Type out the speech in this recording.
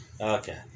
Okay